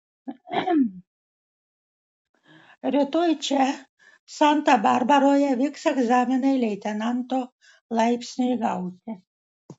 rytoj čia santa barbaroje vyks egzaminai leitenanto laipsniui gauti